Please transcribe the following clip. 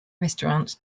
restaurant